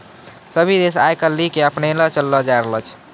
सभ्भे देश आइ काल्हि के अपनैने चललो जाय रहलो छै